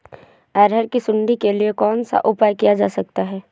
अरहर की सुंडी के लिए कौन सा उपाय किया जा सकता है?